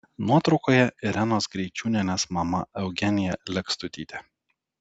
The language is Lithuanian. nuotraukoje irenos greičiūnienės mama eugenija lekstutytė